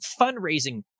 fundraising